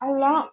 అలా